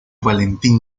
valentín